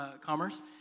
Commerce